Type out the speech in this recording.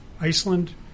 Iceland